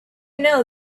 know